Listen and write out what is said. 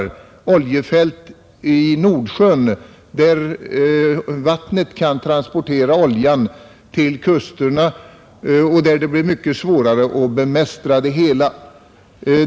Det gäller oljefälten i Nordsjön, där vattnet kan transportera oljan till kusterna, och det är då mycket svårare att bemästra det hela.